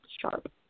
sharp